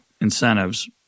incentives